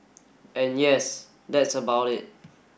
and yes that's about it